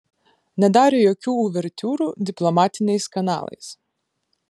nedarė jokių uvertiūrų diplomatiniais kanalais